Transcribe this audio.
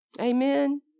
Amen